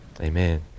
Amen